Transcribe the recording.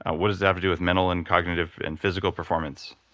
ah what does it have to do with mental and cognitive and physical performance?